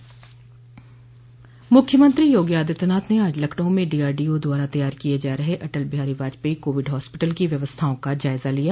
मुख्यमंत्री योगी आदित्यनाथ ने आज लखनऊ में डीआरडीओ द्वारा तैयार किए जा रहे अटल बिहारी वाजपेई कोविड हॉस्पिटल की व्यवस्थाओं का जायजा लिया